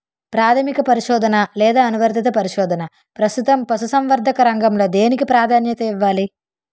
ప్రాథమిక పరిశోధన లేదా అనువర్తిత పరిశోధన? ప్రస్తుతం పశుసంవర్ధక రంగంలో దేనికి ప్రాధాన్యత ఇవ్వాలి?